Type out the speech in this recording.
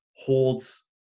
holds